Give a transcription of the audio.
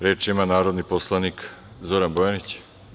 Reč ima narodni poslanik Zoran Bojanić.